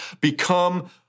become